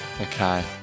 Okay